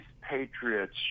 patriots